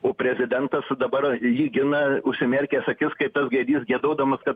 o prezidentas dabar jį gina užsimerkęs akis kaip tas gaidys giedodamas kad